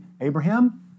Abraham